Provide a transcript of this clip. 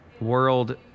world